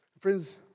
Friends